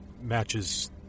matches